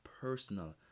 personal